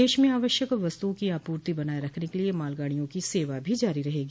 देश में आवश्यक वस्तुओं की आपूर्ति बनाए रखने के लिए मालगाडियों की सेवा भी जारी रहेगी